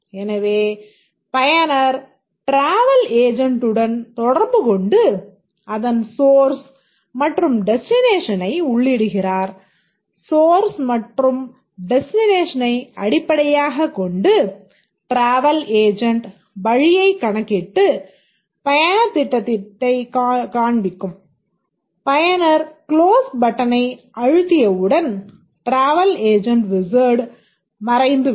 எனவே பயனர் ட்ராவல் ஏஜென்ட்டுடன் தொடர்புகொண்டு அதன் சோர்ஸ் மறைந்துவிடும்